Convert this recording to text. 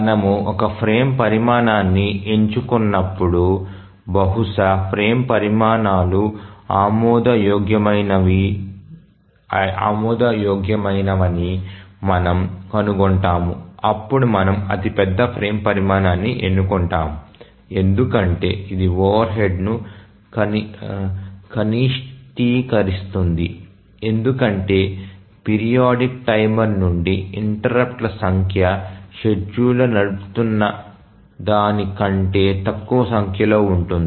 మనము ఒక ఫ్రేమ్ పరిమాణాన్ని ఎంచుకున్నప్పుడు బహుళ ఫ్రేమ్ పరిమాణాలు ఆమోదయోగ్యమైనవని మనము కనుగొంటాము అప్పుడు మనము అతి పెద్ద ఫ్రేమ్ పరిమాణాన్ని ఎన్నుకుంటాము ఎందుకంటే ఇది ఓవర్హెడ్ను కనిష్టీకరిస్తుంది ఎందుకంటే పిరియాడిక్ టైమర్ నుండి ఇంటెర్రుప్ట్ల సంఖ్య షెడ్యూలర్ నడుపుతున్న దాని కంటే తక్కువ సంఖ్యలో ఉంటుంది